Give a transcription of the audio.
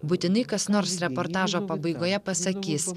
būtinai kas nors reportažo pabaigoje pasakys